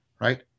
Right